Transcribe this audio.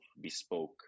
bespoke